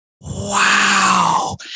wow